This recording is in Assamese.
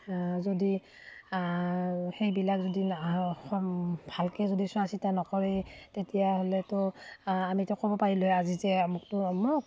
যদি সেইবিলাক যদি ভালকৈ যদি চোৱাচিতা নকৰেই তেতিয়াহ'লেতো আমিতো ক'ব পাৰিলোঁ হয় আজি যে আমুকতো আমুক